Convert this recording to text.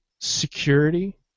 security